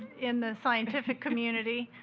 in the scientific community.